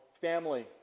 family